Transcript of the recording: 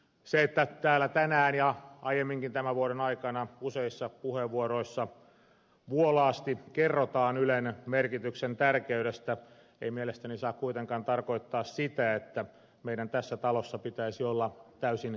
se että täällä tänään ja aiemminkin tämän vuoden aikana useissa puheenvuoroissa vuolaasti kerrotaan ylen merkityksen tärkeydestä ei mielestäni saa kuitenkaan tarkoittaa sitä että meidän tässä talossa pitäisi olla täysin kritiikittömiä